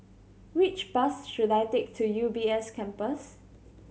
which bus should I take to U B S Campus